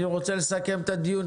אני רוצה לסכם את הדיון.